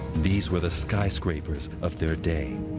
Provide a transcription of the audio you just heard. these were the skyscrapers of their day.